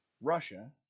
Russia